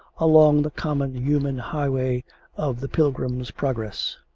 along the common human highway of the pilgrim's progress.